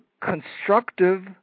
constructive